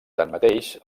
tanmateix